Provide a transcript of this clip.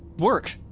work?